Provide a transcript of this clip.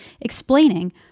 explaining